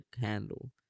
Handle